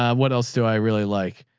ah what else do i really like?